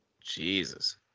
Jesus